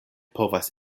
povas